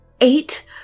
Eight